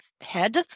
head